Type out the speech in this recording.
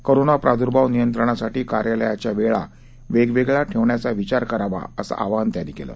corona प्रादूर्भाव नियंत्रणासाठी कार्यालयाच्या वेळा वेगवेगळ्या ठेवण्याचा विचार करावा असं आवाहन त्यांनी केलं